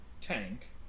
tank